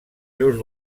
seus